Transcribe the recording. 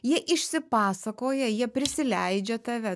jie išsipasakoja jie prisileidžia tave